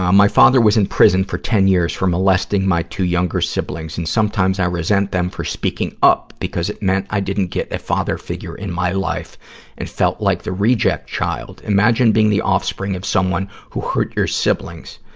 um my father was in prison for ten years for molesting my two younger siblings, and sometimes i resent them for speaking up, because it meant i didn't get a father figure in my life and felt like the reject child. imagine being the offspring of someone who hurt your siblings.